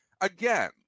Again